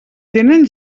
tenen